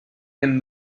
can